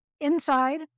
inside